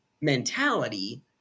mentality